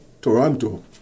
Toronto